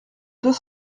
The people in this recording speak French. deux